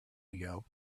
ago